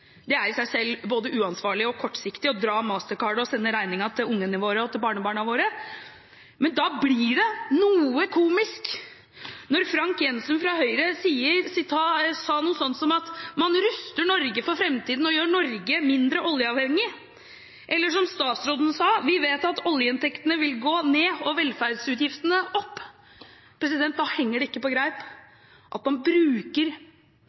Det er i seg selv både uansvarlig og kortsiktig å dra MasterCardet og sende regningen til barna våre og til barnebarna våre. Men da blir det noe komisk når Frank Jenssen fra Høyre sier noe sånt som at man ruster Norge for framtiden og gjør Norge mindre oljeavhengig. Eller som statsråden sa: Vi vet at oljeinntektene vil gå ned og velferdsutgiftene opp. Da henger det ikke på greip at man bruker